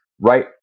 right